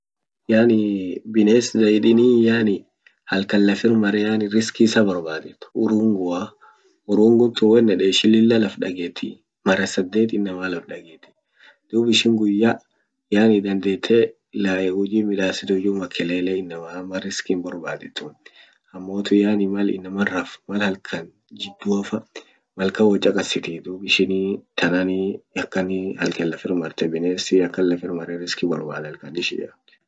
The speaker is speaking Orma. Yani bines zaidini yani halkan lafir mare yani risqi isa borbadet urungua. urungun tun won yeden ishin lilla laf dagetti mara sadet inamar laf dagetti duub ishin guya yani dandette huji hinmidasitu juu makelele inama riski hinbor badetu amotu yani mal inaman raf mal halkan jiduafa malkan wochakasitii dum ishini tanani akani halkan lafir mart bines akan riski mare borbat halkan ishia.